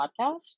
podcast